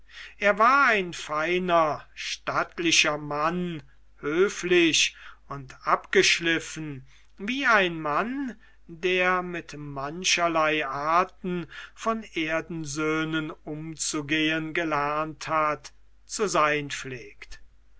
er war ein feiner stattlicher mann höflich und abgeschliffen wie ein mann der mit mancherlei arten von erdensöhnen umzugehen gelernt hat zu sein pflegt